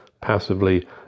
passively